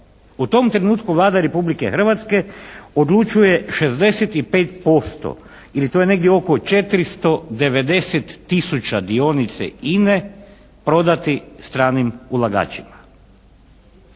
U tom trenutku Vlada Republike Hrvatske odlučuje 65% ili to je negdje oko 490 tisuća dionica INA-e prodati stranim ulagačima.